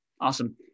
Awesome